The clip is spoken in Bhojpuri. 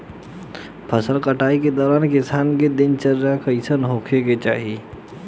फसल कटाई के दौरान किसान क दिनचर्या कईसन होखे के चाही?